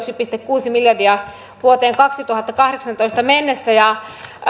pilkku kuusi miljardia vuoteen kaksituhattakahdeksantoista mennessä